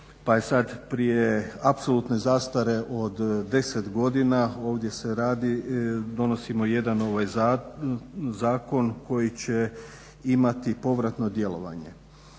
prije apsolutne zastare od 10 godina ovdje se radi, donosimo jedan zakon koji će imati povratno djelovanje.